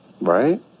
right